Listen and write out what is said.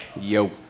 Yo